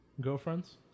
girlfriends